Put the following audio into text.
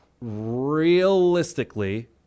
Realistically